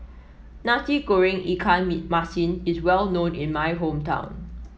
Nasi Goreng Ikan me Masin is well known in my hometown